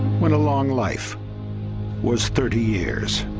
when a long life was thirty years